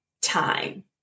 time